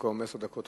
במקום עשר דקות,